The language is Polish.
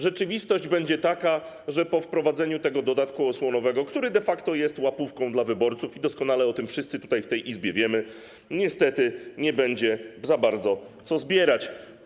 Rzeczywistość będzie taka, że po wprowadzeniu dodatku osłonowego, który de facto jest łapówką dla wyborców - doskonale o tym wszyscy tutaj, w tej Izbie wiemy - niestety nie będzie za bardzo czego zbierać.